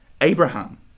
Abraham